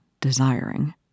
desiring